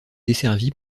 desservie